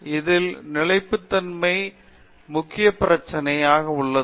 இதில் நிலைப்புத்தன்மை முக்கிய பிரச்சினை ஆக உள்ளது